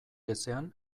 ezean